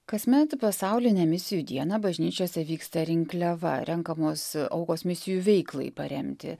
kasmet pasaulinę misijų dieną bažnyčiose vyksta rinkliava renkamos aukos misijų veiklai paremti